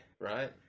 Right